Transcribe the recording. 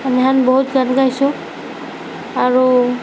আমি বহুত গান গাইছোঁ আৰু